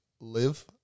live